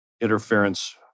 interference